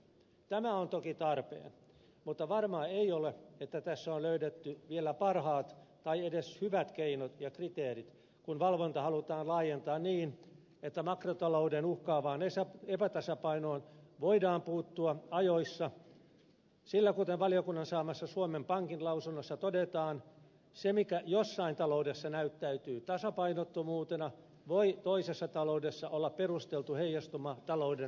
tämä on toki tarpeen mutta varmaa ei ole että tässä on löydetty vielä parhaat tai edes hyvät keinot ja kriteerit kun valvonta halutaan laajentaa niin että makrotalouden uhkaavaan epätasapainoon voidaan puuttua ajoissa sillä kuten valiokunnan saamassa suomen pankin lausunnossa todetaan se mikä jossain taloudessa näyttäytyy tasapainottomuutena voi toisessa taloudessa olla perusteltu heijastuma talouden rakennemuutoksesta